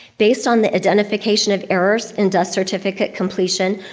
based on the identification of errors in death certificate completion,